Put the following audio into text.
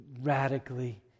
radically